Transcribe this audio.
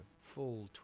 full